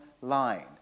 line